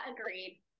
Agreed